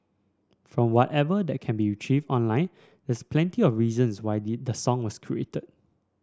from whatever that can be retrieved online there's plenty of reasons why the song was created